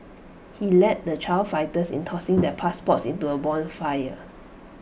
he led the child fighters in tossing their passports into A bonfire